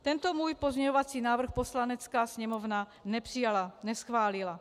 Tento můj pozměňovací návrh Poslanecká sněmovna nepřijala, neschválila.